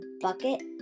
bucket